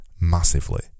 massively